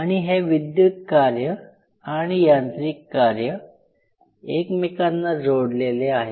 आणि हे विद्युत कार्य आणि यांत्रिक कार्य एकमेकांना जोडलेले आहे